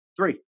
three